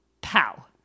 pow